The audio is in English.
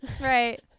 Right